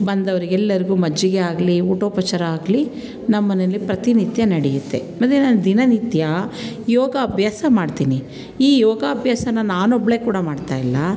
ಬಂದವರಿಗೆಲ್ಲರಿಗೂ ಮಜ್ಜಿಗೆ ಆಗಲಿ ಊಟೋಪಚಾರ ಆಗಲಿ ನಮ್ಮನೇಲಿ ಪ್ರತಿನಿತ್ಯ ನಡೆಯುತ್ತೆ ಮತ್ತು ನಾನು ದಿನನಿತ್ಯ ಯೋಗ ಅಭ್ಯಾಸ ಮಾಡ್ತೀನಿ ಈ ಯೋಗ ಅಭ್ಯಾಸನ ನಾನೊಬ್ಬಳೇ ಕೂಡ ಮಾಡ್ತಾಯಿಲ್ಲ